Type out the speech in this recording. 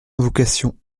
vocation